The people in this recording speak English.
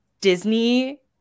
Disney